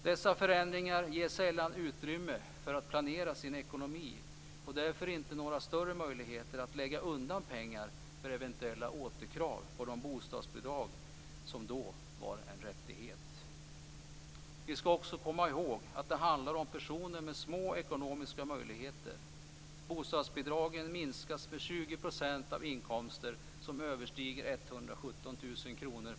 Dessa förändringar ger sällan utrymme för att planera sin ekonomi och därför inte några större möjligheter att lägga undan pengar för eventuella återkrav på de bostadsbidrag som då var en rättighet. Vi skall också komma ihåg att det handlar om personer med små ekonomiska möjligheter. Bostadsbidragen minskas med 20 % av inkomster som överstiger 117 000 kr per år.